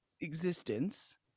existence